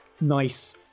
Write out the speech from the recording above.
nice